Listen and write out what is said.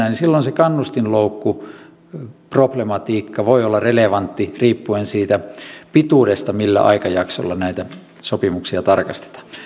mennään niin silloin se kannustinloukkuproblematiikka voi olla relevantti riippuen siitä pituudesta millä aikajaksolla näitä sopimuksia tarkastetaan